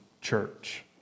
church